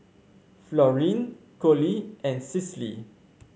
Florene Collie and Cicely